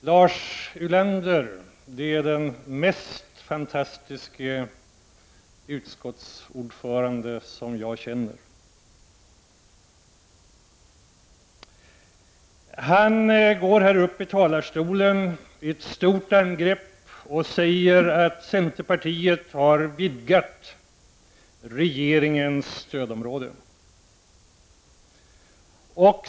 Herr talman! Lars Ulander är den mest fantastiske utskottsordförande som jag känner. Han går här upp i talarstolen i ett stort angrepp och säger att centerpartiet har vidgat regeringens stödområde.